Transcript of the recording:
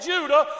Judah